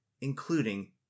including